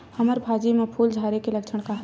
हमर भाजी म फूल झारे के लक्षण का हरय?